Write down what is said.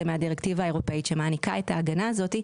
מהדירקטיבה האירופאית שמעניקה את ההגנה הזאת.